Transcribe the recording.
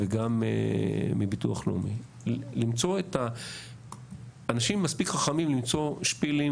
וגם מביטוח לאומי למצוא את האנשים המספיק חכמים למצוא שפילים